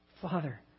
Father